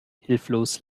hilflos